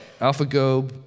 AlphaGo